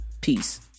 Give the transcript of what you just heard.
peace